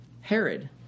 Herod